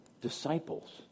disciples